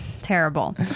terrible